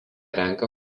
renka